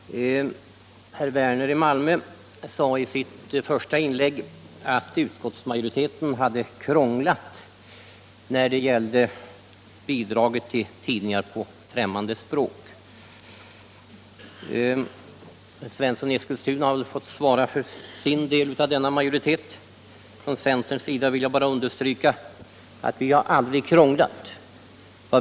Herr talman! Herr Werner i Malmö sade i sitt första inlägg att utskottsmajoriteten hade krånglat när det gällde bidraget till tidningar på främmande språk. Herr Svensson i Eskilstuna har fått svara för sin del av denna majoritet. Från centerns sida vill jag bara understryka att vi har aldrig krånglat.